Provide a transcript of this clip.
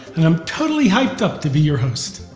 and i'm totally hyped up to be your host.